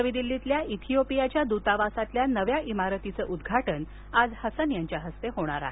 नवी दिल्लीतल्या इथीयोपियाच्या दूतावासातल्या नव्या इमारतीचं उद्घाटन आज हसन यांच्या हस्ते होणार आहे